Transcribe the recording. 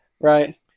Right